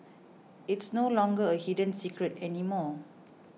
it's no longer a hidden secret anymore